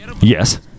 Yes